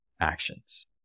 actions